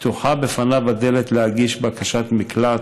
פתוחה בפניו הדלת להגיש בקשת מקלט